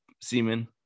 semen